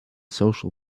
social